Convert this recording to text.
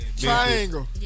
Triangle